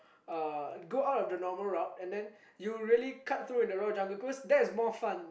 uh go out of the normal route and you really cut through in the raw jungle cause that's more fun